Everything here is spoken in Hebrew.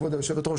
כבוד היו"ר,